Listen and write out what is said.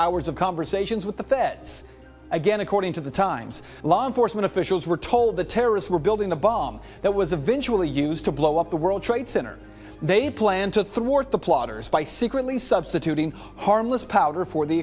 hours of conversations with the fed again according to the times law enforcement officials were told the terrorists were building a bomb that was a visually used to blow up the world trade center they planned to through orthe the plotters by secretly substituting harmless powder for the